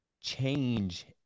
change